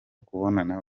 kubonana